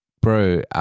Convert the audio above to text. bro